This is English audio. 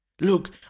Look